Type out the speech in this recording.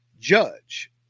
judge